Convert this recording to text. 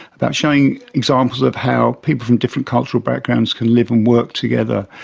about showing examples of how people from different cultural backgrounds can live and work together,